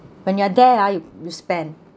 when you're there ah you spent